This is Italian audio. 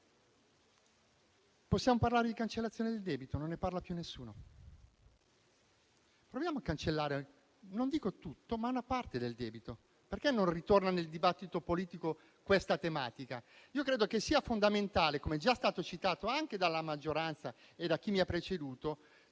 Possiamo parlare di cancellazione del debito? Non ne parla più nessuno. Proviamo a cancellare non dico tutto, ma una parte del debito, perché non ritorna nel dibattito politico questa tematica? Io credo che sia fondamentale, come già è stato citato anche dalla maggioranza e da chi mi ha preceduto,